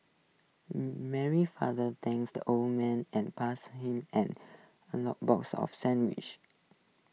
Mary's father thanked the old man and passed him an box of sandwiches